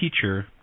teacher